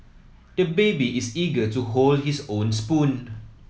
the baby is eager to hold his own spoon